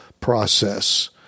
process